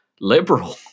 liberal